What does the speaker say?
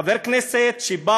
חבר כנסת שבא